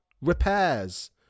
repairs